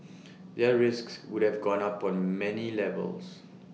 their risks would have gone up on many levels